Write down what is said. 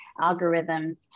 algorithms